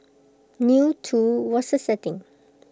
new too was the setting